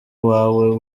uwawe